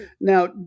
Now